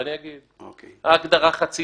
ההגדרה חצי